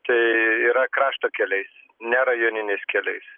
tai yra krašto keliais ne rajoniniais keliais